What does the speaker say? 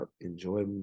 Enjoy